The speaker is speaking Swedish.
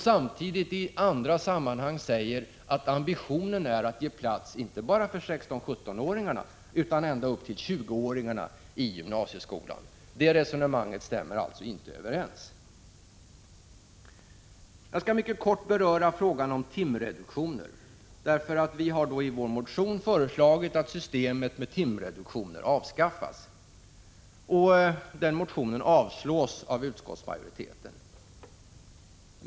Samtidigt säger man i andra sammanhang att ambitionen är att ge plats, inte bara för 16-17-åringarna, utan även för 20-åringarna i gymnasieskolan. Det resonemanget stämmer inte överens. Jag skall mycket kort beröra frågan om timreduktioner. Där har vi i vår motion föreslagit att systemet med timreduktioner skall avskaffas. Den motionen avstyrks av utskottsmajoriteten.